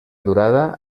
durada